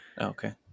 Okay